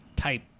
type